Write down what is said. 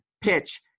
PITCH